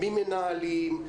ממנהלים,